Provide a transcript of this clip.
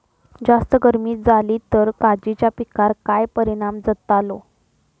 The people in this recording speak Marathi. जास्त गर्मी जाली तर काजीच्या पीकार काय परिणाम जतालो?